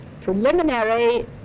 preliminary